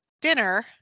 dinner